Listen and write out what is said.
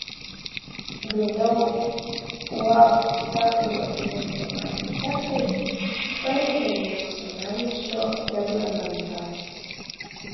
vėliau uab senojo miesto architektai parengė vilniaus senamiesčio reglamentą